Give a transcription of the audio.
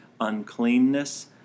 uncleanness